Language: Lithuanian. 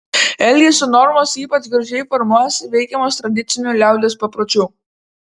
elgesio normos ypač gražiai formuojasi veikiamos tradicinių liaudies papročių